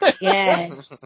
Yes